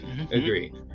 agree